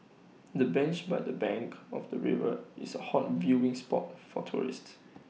the bench by the bank of the river is A hot viewing spot for tourists